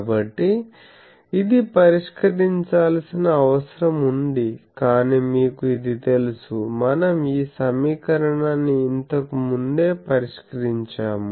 కాబట్టి ఇది పరిష్కరించాల్సిన అవసరం ఉంది కానీ మీకు ఇది తెలుసు మనం ఈ సమీకరణాన్ని ఇంతకు ముందే పరిష్కరించాము